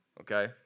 okay